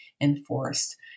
enforced